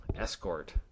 escort